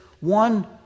one